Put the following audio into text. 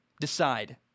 decide